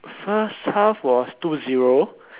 first half was two zero